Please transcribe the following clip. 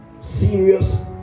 serious